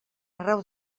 arreu